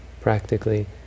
practically